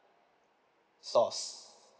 sauce